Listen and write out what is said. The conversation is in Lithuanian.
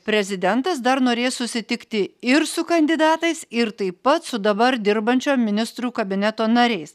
prezidentas dar norės susitikti ir su kandidatais ir taip pat su dabar dirbančio ministrų kabineto nariais